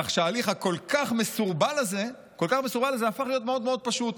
כך שההליך הכל-כך מסורבל הזה הפך להיות מאוד מאוד פשוט.